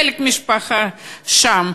חלק מהמשפחה שם,